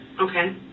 Okay